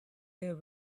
there